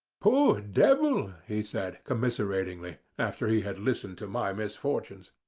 poor devil! he said, commiseratingly, after he had listened to my misfortunes.